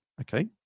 okay